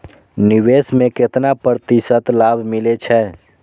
निवेश में केतना प्रतिशत लाभ मिले छै?